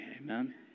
Amen